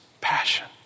passion